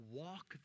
walk